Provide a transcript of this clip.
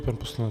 Prosím.